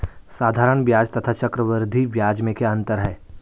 साधारण ब्याज तथा चक्रवर्धी ब्याज में क्या अंतर है?